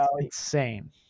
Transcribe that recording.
insane